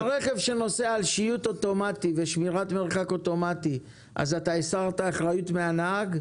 ברכב שנוסע על שיוט אוטומטי ושמירת מרחק אוטומטית הסרת אחריות מן הנהג?